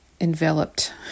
enveloped